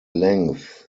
length